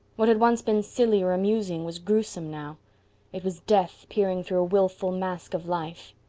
what had once been silly or amusing was gruesome, now it was death peering through a wilful mask of life.